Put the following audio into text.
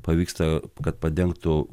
pavyksta kad padengtų